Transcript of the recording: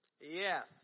Yes